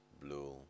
blue